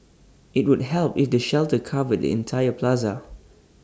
IT would help if the shelter covered the entire plaza